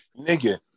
Nigga